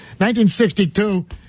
1962